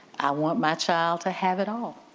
i want my child to have it all.